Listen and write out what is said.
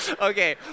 Okay